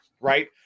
right